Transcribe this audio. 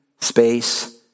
space